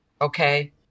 okay